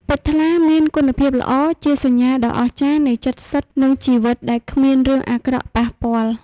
ពេជ្រថ្លា មានគុណភាពល្អ ជាសញ្ញាដ៏អស្ចារ្យនៃចិត្តសុទ្ធ និងជីវិតដែលគ្មានរឿងអាក្រក់ប៉ះពាល់។